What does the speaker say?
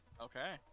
Okay